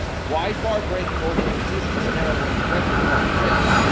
wide bar breaking over resistance, narrow range resting, bar rip.